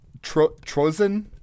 Trozen